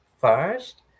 first